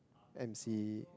M_C